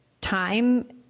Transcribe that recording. time